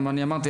כמו שאמרתי,